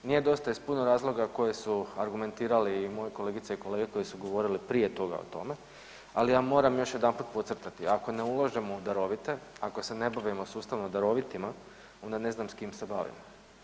Nije dosta iz puno razloga koji su argumentirali i moji kolegice i kolege koji su govorili i prije toga o tome, ali ja moram još jedanput podcrtati, ako ne ulažemo u darovite, ako se ne bavimo sustavom darovitima, onda ne znam s kim se bavimo.